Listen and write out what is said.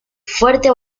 fuerte